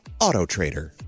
AutoTrader